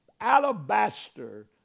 alabaster